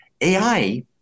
AI